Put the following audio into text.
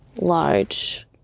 large